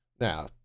Now